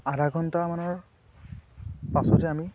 আধা ঘণ্টামানৰ পাছতহে আমি